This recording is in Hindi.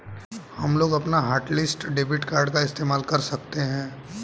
हमलोग अपना हॉटलिस्ट डेबिट कार्ड का इस्तेमाल कर सकते हैं